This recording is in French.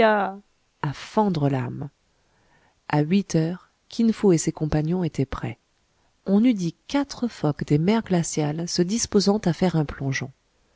à fendre l'âme a huit heures kin fo et ses compagnons étaient prêts on eût dit quatre phoques des mers glaciales se disposant à faire un plongeon